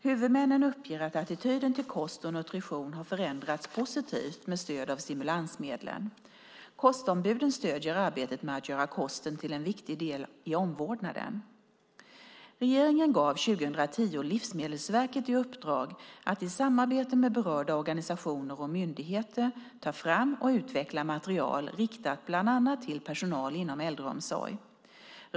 Huvudmännen uppger att attityden till kost och nutrition har förändrats positivt med stöd av stimulansmedlen. Kostombuden stöder arbetet med att göra kosten till en viktig del i omvårdnaden. Regeringen gav 2010 Livsmedelsverket i uppdrag att i samarbete med berörda organisationer och myndigheter ta fram och utveckla material riktat bland annat till personal inom äldreomsorg.